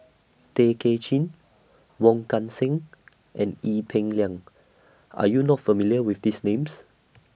Tay Kay Chin Wong Kan Seng and Ee Peng Liang Are YOU not familiar with These Names